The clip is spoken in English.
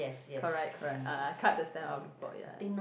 correct correct ah cut the stamp out for ya ya